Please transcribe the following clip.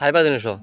ଖାଇବା ଜିନିଷ